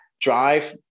drive